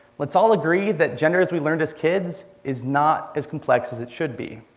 let's all agree that gender as we learned as kids is not as complex as it should be.